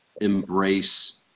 embrace